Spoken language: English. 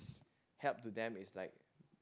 help to them is like